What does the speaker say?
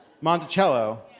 Monticello